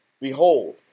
Behold